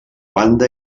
banda